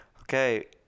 Okay